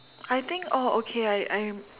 I think oh okay I I'm